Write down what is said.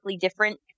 different